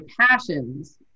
passions